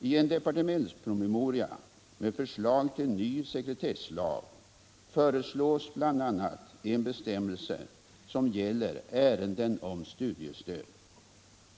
I en departementspromemoria med förslag till ny sekretesslag föreslås bl.a. en bestämmelse som gäller ärenden om studiestöd.